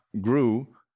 grew